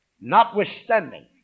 Notwithstanding